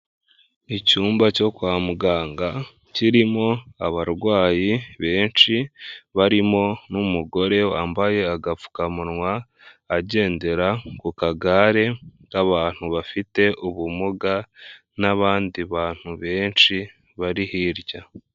Icyumba cyo kwa muganga kirimo abarwayi benshi barimo n'umugore wambaye agapfukamunwa agendera ku kagare k'abantu bafite ubumuga n'abandi bantu benshi bari hirya.